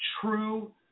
true